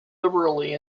liberally